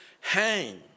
hang